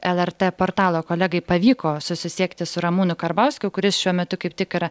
lrt portalo kolegai pavyko susisiekti su ramūnu karbauskiu kuris šiuo metu kaip tik yra